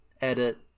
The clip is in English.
edit